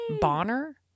Bonner